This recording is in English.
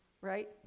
right